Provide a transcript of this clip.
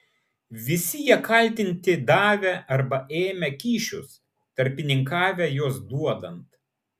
visi jie kaltinti davę arba ėmę kyšius tarpininkavę juos duodant